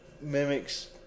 mimics